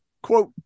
Quote